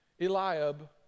eliab